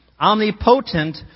Omnipotent